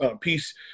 peace